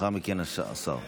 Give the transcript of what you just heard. לאחר מכן השר.